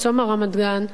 צום הרמדאן.